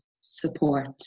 support